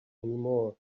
anymore